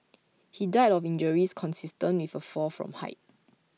he died of injuries consistent with a fall from height